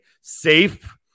safe